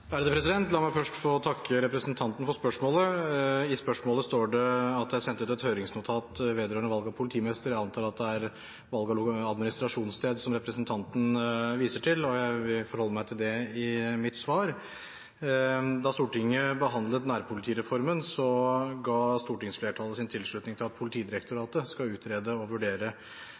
La meg først få takke representanten for spørsmålet. I spørsmålet står det at det er sendt ut et høringsnotat vedrørende valg av politimester. Jeg antar at det er valg av administrasjonssted som representanten viser til, og jeg vil forholde meg til det i mitt svar. Da Stortinget behandlet nærpolitireformen, ga stortingsflertallet sin tilslutning til at